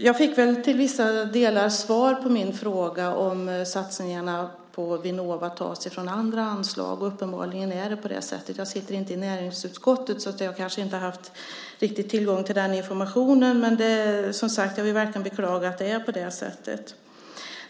Jag fick till vissa delar svar på min fråga om satsningarna på Vinnova tas från andra anslag. Uppenbarligen är det på det sättet. Jag sitter inte i näringsutskottet så jag har kanske inte haft tillgång till den informationen, men jag vill verkligen beklaga att det är på det sättet.